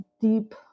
deep